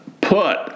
put